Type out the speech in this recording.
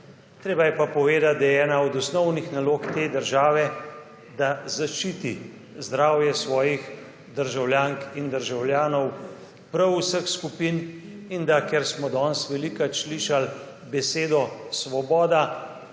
Treba je pa povedati, da je ena od osnovnih nalog te države, da zaščiti zdravje svojih državljank in državljanov, prav vseh skupin, in ker smo danes velikokrat slišali besedo »svoboda«,